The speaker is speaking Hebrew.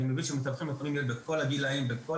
אני מבין שמתווכים יכולים להיות בכל הגילאים ובכל